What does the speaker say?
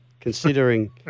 considering